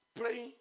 Praying